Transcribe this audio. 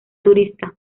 turista